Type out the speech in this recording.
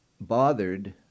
bothered